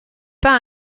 pas